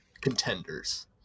contenders